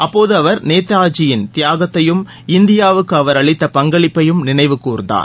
அப்போது அவர் நேதாஜியின் தியாகத்தையும் இந்தியாவுக்கு அவர் அஅளித்த பங்களிப்பையும் நினவைகூர்ந்தார்